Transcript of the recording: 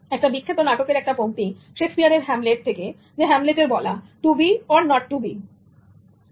একটা বিখ্যাত নাটকের একটা পংক্তি শেক্সপিয়ারের হ্যামলেটShakespeare's Hamlet থেকে হ্যামলেটের বলা" to be or not to B"